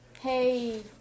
hey